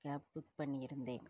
gap book பண்ணி இருந்தேன்